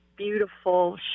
beautiful